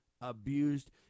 abused